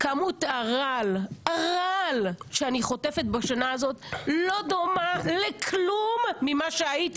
כמות הרעל שאני חוטפת בשנה הזאת לא דומה לכלום ממה שהיה.